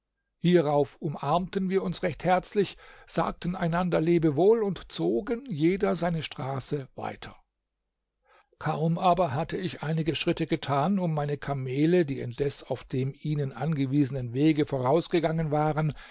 hierauf umarmten wir uns recht herzlich sagten einander lebewohl und zogen jeder seine straße weiter kaum aber hatte ich einige schritte getan um meine kamele die indes auf dem ihnen angewiesenen wege vorausgegangen waren